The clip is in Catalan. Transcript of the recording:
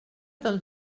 del